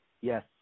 Yes